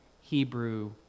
Hebrew